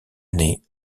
année